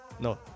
No